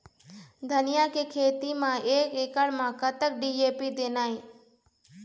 धनिया के खेती म एक एकड़ म कतक डी.ए.पी देना ये?